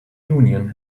union